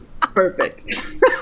Perfect